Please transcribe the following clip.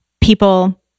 people